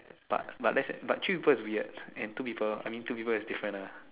but but that's but three people is weird and two people I mean two people is different lah